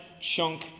chunk